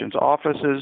offices